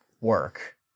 work